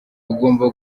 ugomba